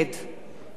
דני דנון,